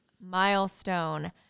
milestone